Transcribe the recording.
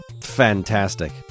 Fantastic